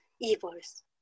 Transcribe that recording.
evils